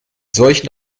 solchen